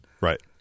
Right